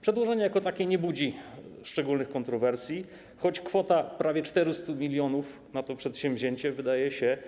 Przedłożenie jako takie nie budzi szczególnych kontrowersji, choć kwota prawie 400 mln na to przedsięwzięcie wydaje się